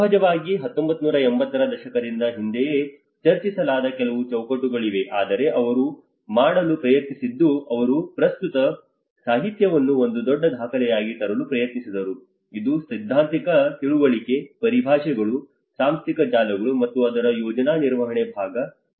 ಸಹಜವಾಗಿ 1980 ರ ದಶಕದಿಂದ ಹಿಂದೆಯೇ ಚರ್ಚಿಸಲಾದ ಕೆಲವು ಚೌಕಟ್ಟುಗಳಿವೆ ಆದರೆ ಅವರು ಮಾಡಲು ಪ್ರಯತ್ನಿಸಿದ್ದು ಅವರು ಪ್ರಸ್ತುತ ಸಾಹಿತ್ಯವನ್ನು ಒಂದು ದೊಡ್ಡ ದಾಖಲೆಯಾಗಿ ತರಲು ಪ್ರಯತ್ನಿಸಿದರು ಇದು ಸೈದ್ಧಾಂತಿಕ ತಿಳುವಳಿಕೆ ಪರಿಭಾಷೆಗಳು ಸಾಂಸ್ಥಿಕ ಜಾಲಗಳು ಮತ್ತು ಅದರ ಯೋಜನಾ ನಿರ್ವಹಣೆ ಭಾಗ ಮತ್ತು ಸಮುದಾಯ ಆಸ್ತಿ ನಿರ್ವಹಣೆ ಆಗಿದೆ